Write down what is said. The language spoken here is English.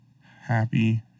happy